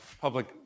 Public